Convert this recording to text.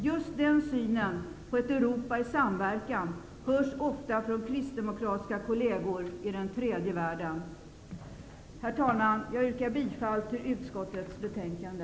Just den synen på ett Europa i samverkan hörs ofta från kristdemokratiska kolleger i den tredje världen. Herr talman! Jag yrkar bifall till hemställan i utskottets betänkande.